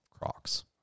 Crocs